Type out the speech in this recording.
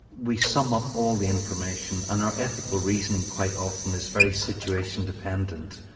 we sum up all the information and our ethical reasoning quite often is very situation dependent.